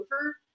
over